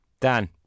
Dan